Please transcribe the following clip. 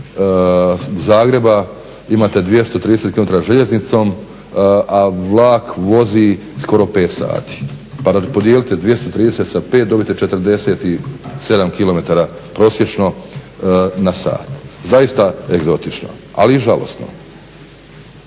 Zagreba imate 230km željeznicom, a vlak vozi skoro 5 sati pa podijelite 230 sa 5, dobite 47km prosječno na sat. Zaista egzotično, ali i žalosno.